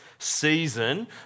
season